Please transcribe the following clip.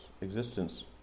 Existence